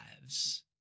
lives